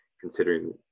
considering